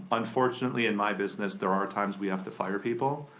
unfortunately, in my business, there are times we have to fire people.